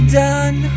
done